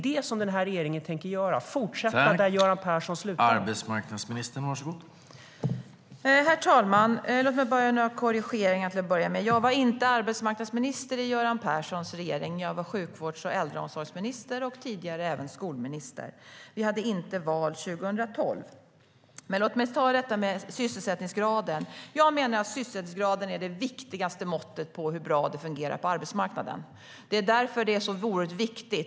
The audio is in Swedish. Det regeringen tänker göra är att fortsätta där Göran Persson slutade.